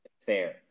fair